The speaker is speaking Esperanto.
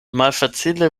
malfacile